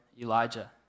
Elijah